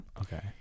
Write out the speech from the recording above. okay